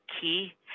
key